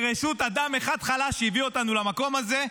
בראשות אדם אחד חלש שהביא אותנו למקום הזה.